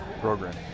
program